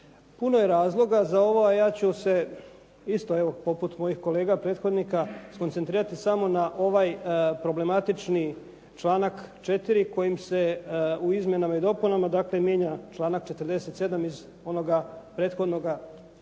Puno je razloga za ovo a ja ću se isto evo poput mojih kolega prethodnika skoncentrirati samo na ovaj problematični članak 4. kojim se u izmjenama i dopunama mijenja članak 47. iz onoga prethodnoga do